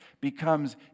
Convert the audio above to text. becomes